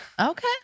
Okay